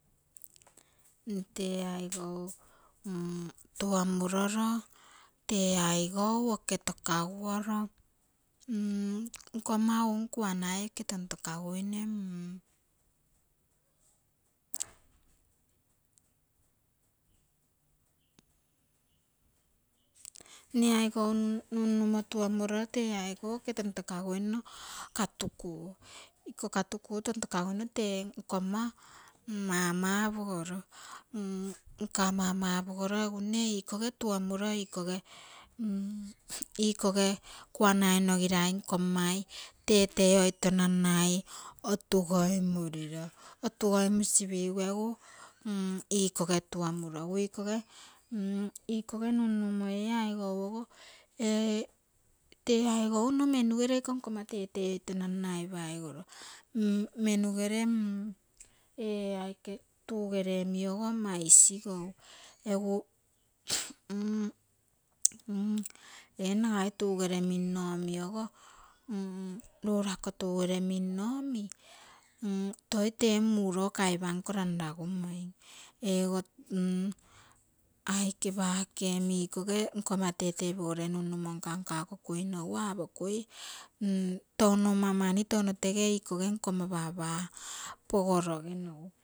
Mne tee aigou tuomororo, tee aigou oke tokaguoro, nkomma unn kuanai oke tokaguoro, mne oigou nunnumo tuomuroro tee aigou oke tontokaguino katuku, iko katuku tontokagui no tee nkomma mama pogoro, nka mama pogoro egu mne ikoge tuomuro, ikoge kuanai nogirai nkommai tetei oi toi nannai otu goimuriro, otugoimusi pigu egu ikoge tuomuro, egu ikoge nunnumo ee aigou ogo, ee tee aigou nno menu ere iko nkomma tetei oito nannai paigoro, menugere ee aike tugere omi ogo ama isigou egu ee nagai tuere minno omi ogo, rurako tuere minno omi toi tee muro kaipanko lanla gumoim ego aike pake omi ikoge nkomma tetei pogoroge nunnumo nka nka ko kuinogu apokui touno ama mani touno tege ikoge nkomma papa pogorogenogu.